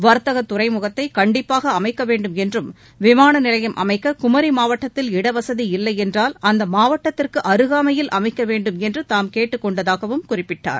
வர்த்தகதுறைமுகத்தைகண்டப்பாகஅமைக்கவேண்டுமென்றும் விமானநிலையம் அமைக்குமரிமாவட்டத்தில் இடவசதி இல்லைஎன்றால் அம்மாவட்டத்திற்குஅருகாமையில் அமைக்கவேண்டுமென்றுதாம் கேட்டுக் கொண்டதாகவும் குறிப்பிட்டார்